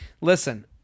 listen